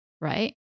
right